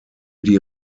die